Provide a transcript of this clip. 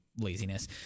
laziness